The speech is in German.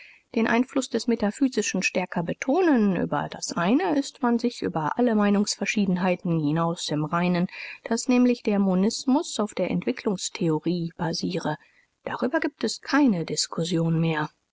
den einfluß des metaphysischen stärker betonen über das eine ist man sich über alle meinungsverschiedenheiten hinaus im reinen daß nämlich der monism auf der entwicklungstheorie basiere darüber gibt es keine diskussion mehr